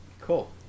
Cool